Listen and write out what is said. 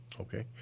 Okay